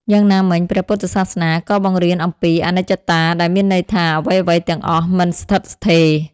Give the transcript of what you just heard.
យ៉ាងណាមិញព្រះពុទ្ធសាសនាក៏បង្រៀនអំពី អនិច្ចតា ដែលមានន័យថា អ្វីៗទាំងអស់មិនស្ថិតស្ថេរ។